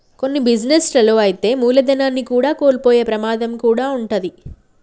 కొన్ని బిజినెస్ లలో అయితే మూలధనాన్ని కూడా కోల్పోయే ప్రమాదం కూడా వుంటది